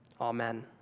Amen